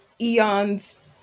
eons